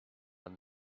and